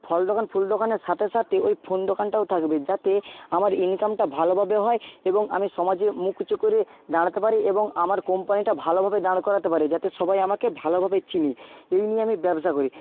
ফল দোকান ফুল দোকানের সাথে সাথে ওই ফোন দোকানটাও থাকবে যাতে আমার ইনকামটা ভালোভাবে হয় এবং আমি সমাজে মুখ উঁচু করে দাঁড়াতে পারি এবং আমার কোম্পানিটা ভালোভাবে দাঁড় করাতে পারে যাতে সবাই আমাকে ভালোভাবে চিনি এই নিয়ে আমি ব্যবসা করি